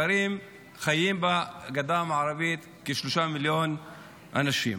גרים וחיים בגדה המערבית כשלושה מיליון אנשים.